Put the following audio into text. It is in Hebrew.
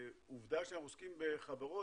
העובדה שאנחנו עוסקים בחברות,